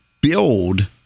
build